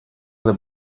alle